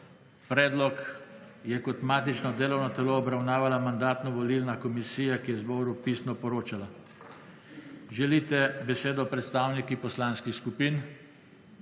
Predlog je kot matično delovno telo obravnavala Mandatno-volilna komisija, ki je zboru pisno poročala. Želite besedo predstavniki poslanskih skupin?